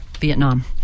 Vietnam